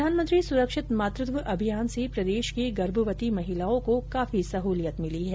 प्रधानमंत्री सुरक्षित मातृत्व अभियान से प्रदेशकी गर्भवती महिलाओं को काफी सहुलियत मिली है